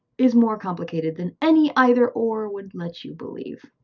is more complicated than any either or would let you believe.